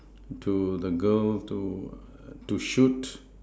to the girl to err to shoot